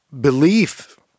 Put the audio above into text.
belief